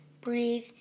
breathe